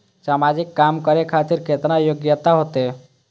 समाजिक काम करें खातिर केतना योग्यता होते?